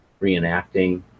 reenacting